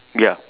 ya